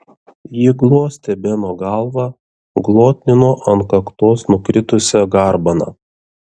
ji glostė beno galvą glotnino ant kaktos nukritusią garbaną